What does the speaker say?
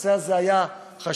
הנושא הזה היה חשוב,